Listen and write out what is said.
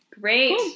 great